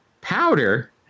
Powder